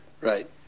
Right